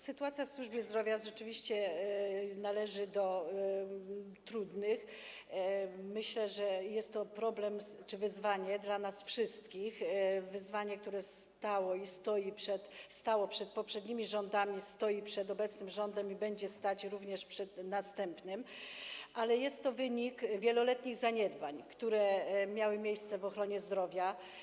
Sytuacja w służbie zdrowia rzeczywiście należy do trudnych, myślę, że jest to problem dla nas wszystkich, wyzwanie, które stało przed poprzednimi rządami, stoi przed obecnym rządem i będzie stać również przed następnym, ale jest to wynik wieloletnich zaniedbań, jakie miały miejsce w ochronie zdrowia.